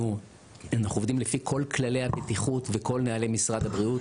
ואנחנו עובדים לפי כל כללי הבטיחות וכל נהלי משרד הבריאות.